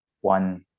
one